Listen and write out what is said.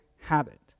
habit